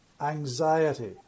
anxiety